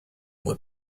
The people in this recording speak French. voie